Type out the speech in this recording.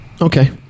Okay